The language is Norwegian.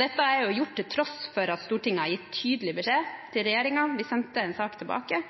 Dette er gjort til tross for at Stortinget har gitt tydelig beskjed til regjeringen – vi sendte en sak tilbake